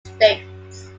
states